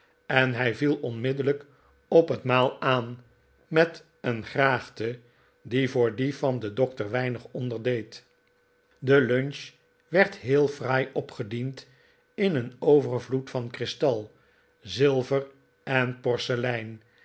en hij viel onmiddellijk op het maal aan met een graagte die voor die van den dokter weinig onderdeed de lunch werd heel fraai opgediend in een overvloed van kristal zilver en porcelein